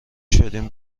شدیم